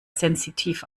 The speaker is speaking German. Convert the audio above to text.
sensitiv